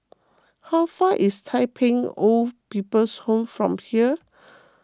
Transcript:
how far is Tai Pei Old People's Home from here